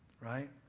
right